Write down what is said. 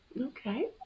Okay